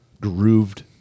Grooved